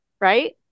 Right